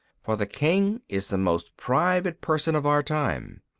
for the king is the most private person of our time.